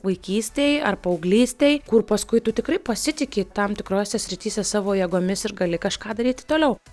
vaikystėj ar paauglystėj kur paskui tu tikrai pasitiki tam tikrose srityse savo jėgomis ir gali kažką daryti toliau